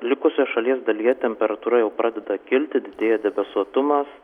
likusioje šalies dalyje temperatūra jau pradeda kilti didėja debesuotumas